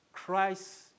Christ